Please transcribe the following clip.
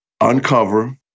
uncover